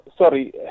Sorry